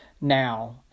now